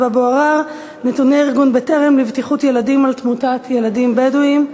אבו עראר: נתוני ארגון "בטרם" לבטיחות ילדים על תמותת ילדים בדואים,